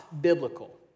biblical